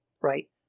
right